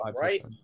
right